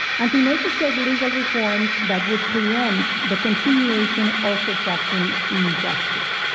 and to negotiate legal reforms that would preempt the continuation of retracting injustice.